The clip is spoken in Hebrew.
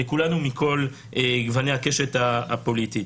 לכולנו מכל גווני הקשת הפוליטית.